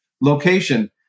location